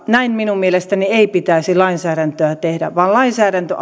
näin minun mielestäni ei pitäisi lainsäädäntöä tehdä vaan lainsäädäntö